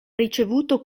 ricevuto